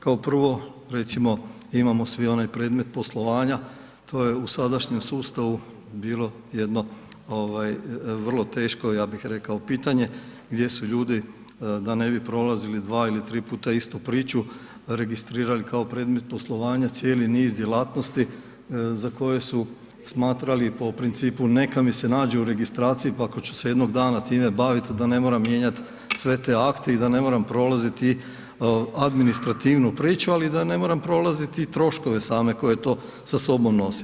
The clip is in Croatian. Kao prvo recimo imamo svi onaj predmet poslovanja to je u sadašnjem sustavu bilo jedno ovaj vrlo teško ja bih rekao pitanje, gdje su ljudi da ne bi prolazili 2 ili 3 puta istu priču registrirali kao predmet poslovanja cijeli niz djelatnosti za koje su smatrali po principu neka mi se nađe u registraciji pa ako ću se jednog dana time bavit da ne moram mijenjat sve te akte i da ne moram prolaziti administrativnu priču, ali i da ne moram prolaziti i troškove same koje to sa sobom nosi.